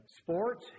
sports